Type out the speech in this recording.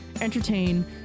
entertain